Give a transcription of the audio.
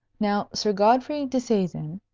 now, sir godfrey disseisin,